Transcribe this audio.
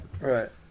Right